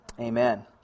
Amen